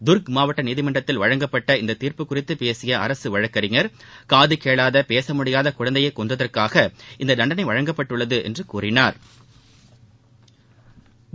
துர்க் மாவட்ட நீதிமன்றத்தில் வழங்கப்பட்ட இந்த தீர்ப்பு குறித்து பேசிய அரசு வழக்கறிஞர் காது கேளாத பேச முடியாத குழந்தையை கொன்றதற்காக இந்த தண்டனை வழங்கப்பட்டது என்று கூறினா்